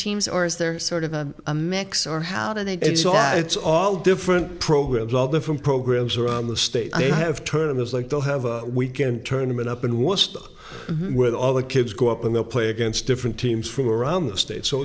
teams or is there sort of a mix or how do they it's all it's all different programs all different programs around the state they have tournaments like they'll have a weekend tournaments up and we're stuck with all the kids go up and they'll play against different teams from around the state so